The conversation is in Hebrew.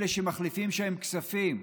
אלה שמחליפים כספים,